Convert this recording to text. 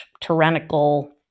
tyrannical